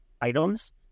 items